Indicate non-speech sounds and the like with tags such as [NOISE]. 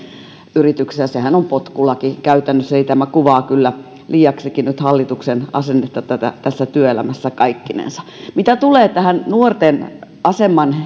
yrityksissä on potkulaki käytännössä tämä kuvaa kyllä liiaksikin nyt hallituksen asennetta tässä työelämässä kaikkinensa mitä tulee tähän nuorten aseman [UNINTELLIGIBLE]